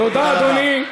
תודה, אדוני.